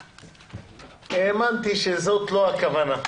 והאמנתי שזאת לא הכוונה.